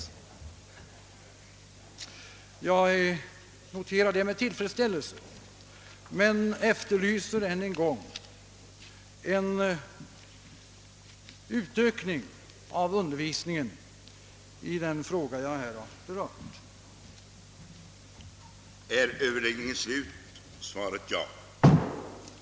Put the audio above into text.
Men jag efterlyser ännu en gång en utökning av undervisningen i det ämne jag här har berört.